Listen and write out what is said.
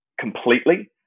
completely